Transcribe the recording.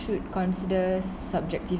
should consider subjective